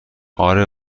آره